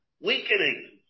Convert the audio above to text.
weakening